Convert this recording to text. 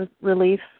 relief